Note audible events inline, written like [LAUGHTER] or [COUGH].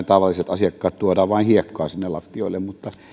[UNINTELLIGIBLE] tavalliset asiakkaat tuomme vain hiekkaa sinne lattioille mutta